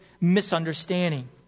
misunderstanding